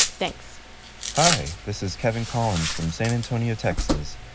thanks hi. this is kevin collins from san antonio, texas.